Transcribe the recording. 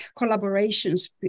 collaborations